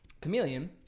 Chameleon